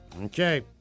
Okay